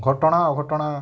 ଘଟଣା ଅଘଟଣା